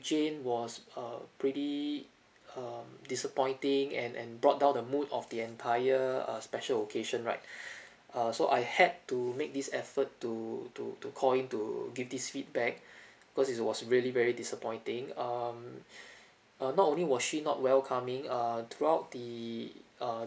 jane was uh pretty um disappointing and and brought down the mood of the entire uh special occasion right uh so I had to make this effort to to to call in to give this feedback because it was really very disappointing um uh not only was she not welcoming err throughout the uh